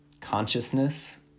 consciousness